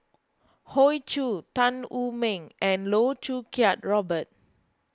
Hoey Choo Tan Wu Meng and Loh Choo Kiat Robert